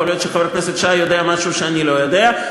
יכול להיות שחבר הכנסת שי יודע משהו שאני לא יודע.